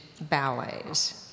ballets